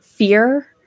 fear